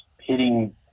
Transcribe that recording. hitting